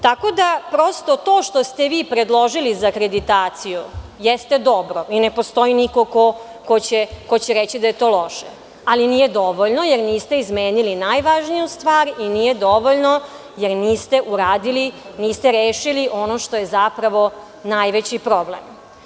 Tako da to što ste vi predložili za akreditaciju jeste dobro i ne postoji niko ko će reći da je to loše, ali nije dovoljno jer niste izmenili najvažniju stvar i nije dovoljno jer niste uradili, niste rešili ono što je zapravo najveći problem.